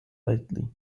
lightly